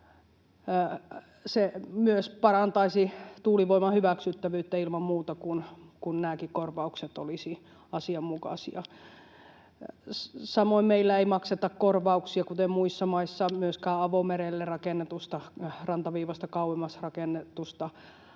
Se myös parantaisi tuulivoiman hyväksyttävyyttä ilman muuta, kun nämäkin korvaukset olisivat asianmukaisia. Samoin meillä ei makseta korvauksia, kuten muissa maissa, myöskään avomerelle rakennetusta, rantaviivasta kauemmaksi rakennetusta